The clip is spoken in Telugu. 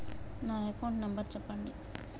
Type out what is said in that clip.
నా అకౌంట్ నంబర్ చెప్పండి?